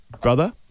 brother